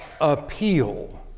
appeal